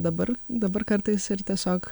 dabar dabar kartais tiesiog